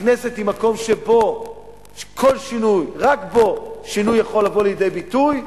הכנסת היא מקום שרק בו כל שינוי יכול לבוא לידי ביטוי.